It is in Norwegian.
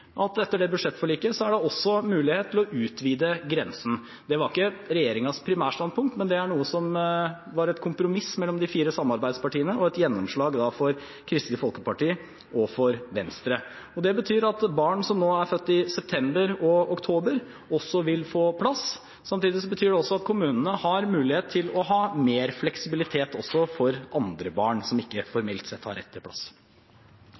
at etter det budsjettforliket er det også mulighet til å utvide grensen. Det var ikke regjeringens primærstandpunkt, men det er et kompromiss mellom de fire samarbeidspartiene og et gjennomslag for Kristelig Folkeparti og Venstre. Det betyr at barn som er født i september og oktober, også vil få plass. Samtidig betyr det at kommunene har mulighet til å ha mer fleksibilitet også for barn som ikke formelt sett har rett til plass.